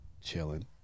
chilling